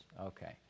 Okay